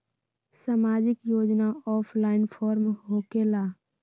समाजिक योजना offline form होकेला?